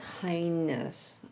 kindness